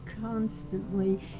constantly